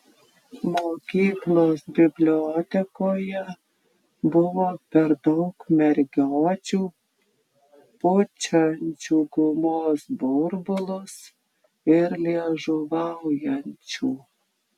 mokyklos bibliotekoje buvo per daug mergiočių pučiančių gumos burbulus ir liežuvaujančių